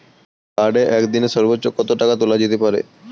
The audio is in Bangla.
কার্ডে একদিনে সর্বোচ্চ কত টাকা তোলা যেতে পারে?